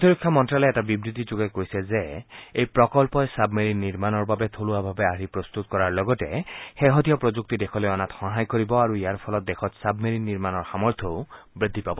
প্ৰতিৰক্ষা মন্ত্ৰালয়ে এটা বিবৃতি যোগে কৈছে যে এই প্ৰকল্পই ছাবমেৰিন নিৰ্মাণৰ বাবে থলুৱাভাৱে আৰ্হি প্ৰস্তুত কৰাৰ লগতে শেহতীয়া প্ৰযুক্তি দেশলৈ অনাত সহায় কৰিব আৰু ইয়াৰ ফলত দেশত ছাবমেৰিন নিৰ্মাণৰ সামৰ্থাও বৃদ্ধি পাব